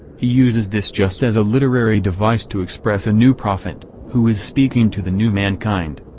he uses this just as a literary device to express a new prophet, who is speaking to the new mankind.